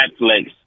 Netflix